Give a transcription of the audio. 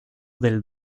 del